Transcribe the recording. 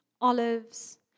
olives